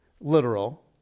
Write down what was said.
literal